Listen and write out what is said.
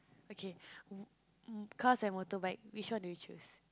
okay w~ cars and motorbike which one do you choose